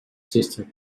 sister